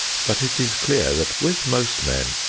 but it is clear that with most men,